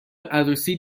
عروسی